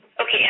Okay